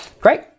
great